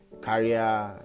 career